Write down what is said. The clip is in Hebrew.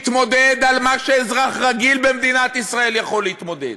בהתמודדות על מה שאזרח רגיל במדינת ישראל יכול להתמודד.